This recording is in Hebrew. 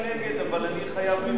אבל אני חייב למחות,